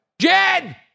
Jen